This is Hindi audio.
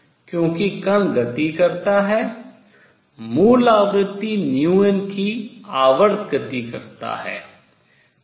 क्योंकि कण गति करता है मूल आवृत्ति की आवर्त गति करता है